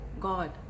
God